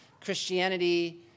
Christianity